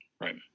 Right